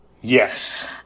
Yes